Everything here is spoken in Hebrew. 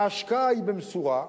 ההשקעה היא במשורה,